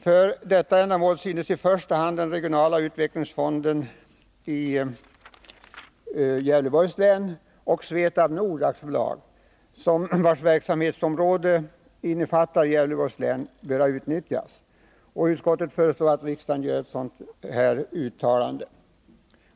För detta ändamål synes i första hand den regionala utvecklingsfonden i Gävleborgs län och Svetab Nord AB, vars 139 verksamhetsområde innefattar Gävleborgs län, böra utnyttjas.” Och så föreslår utskottet att riksdagen gör ett sådant uttalande.